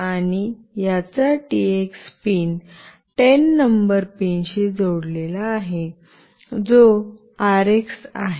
आणि याचा TX pin 10 number पिनशी जोडलेला आहे जो आरएक्स आहे